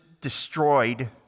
destroyed